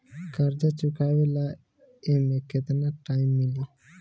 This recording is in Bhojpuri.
कर्जा चुकावे ला एमे केतना टाइम मिली?